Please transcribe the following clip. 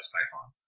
Python